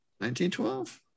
1912